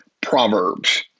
Proverbs